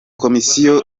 komisiyo